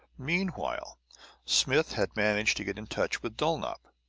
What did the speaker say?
meanwhile smith had managed to get in touch with dulnop.